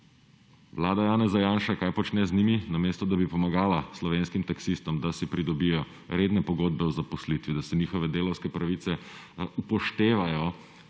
Vlada Janeza Janše – kaj počne z njimi? – namesto, da bi pomagala slovenskim taksistom, da si pridobijo redne pogodbe o zaposlitvi, da se njihove delavske pravice upoštevajo,